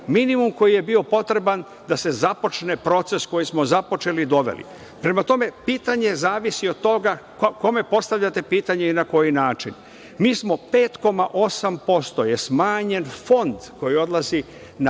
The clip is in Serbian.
minimum koji je bio potreban da se započne proces koji smo započeli i doveli. Prema tome, pitanje zavisi od toga kome postavljate pitanje i na koji način. Mi smo, 5,8% je smanjen fond koji odlazi na